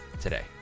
today